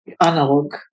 analog